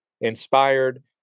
inspired